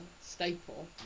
staple